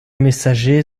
messager